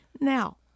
Now